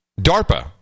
DARPA